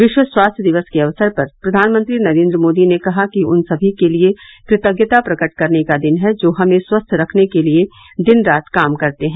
विश्व स्वास्थ्य दिवस के अवसर पर प्रधानमंत्री नरेन्द्र मोदी ने कहा कि उन सभी के लिए कृतज्ञता प्रकट करने का दिन है जो हमे स्वस्थ रखने के लिए दिन रात काम करते हैं